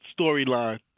storyline